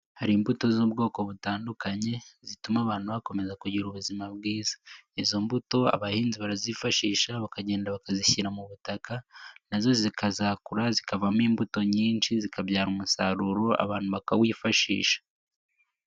Hari imbuto z'ubwoko butandukanye zituma abantu bakomeza kugira ubuzima bwiza, izo mbuto abahinzi barazifashisha bakagenda bakazishyira mu butaka nazo zikazakura zikavamo imbuto nyinshi zikabyara umusaruro abantu bakawifashisha.